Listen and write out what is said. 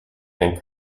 and